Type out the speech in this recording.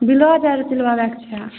blouse आरो सिलबाबेके छै